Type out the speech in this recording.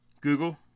Google